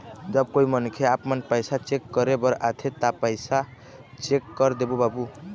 जब कोई मनखे आपमन पैसा चेक करे बर आथे ता पैसा चेक कर देबो बाबू?